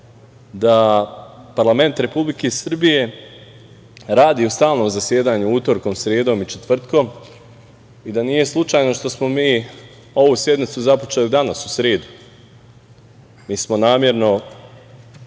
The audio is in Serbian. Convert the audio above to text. da parlament Republike Srbije radi u stalnom zasedanju utorkom, sredom i četvrtkom i da nije slučajno što smo mi ovu sednicu započeli danas, u sredu. Mi smo namerno